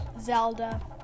Zelda